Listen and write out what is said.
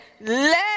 let